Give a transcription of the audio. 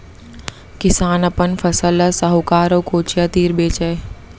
किसान अपन फसल ल साहूकार अउ कोचिया तीर बेचय